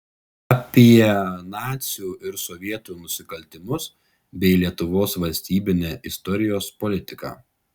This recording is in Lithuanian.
apie nacių ir sovietų nusikaltimus bei lietuvos valstybinę istorijos politiką